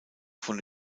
von